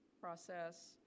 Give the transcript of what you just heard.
process